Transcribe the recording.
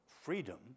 freedom